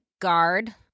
guard